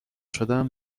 شدم